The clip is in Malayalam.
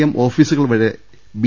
എം ഓഫീസുകൾവരെ ബി